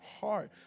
heart